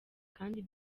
kandi